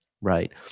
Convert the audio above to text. right